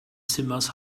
zimmers